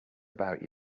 about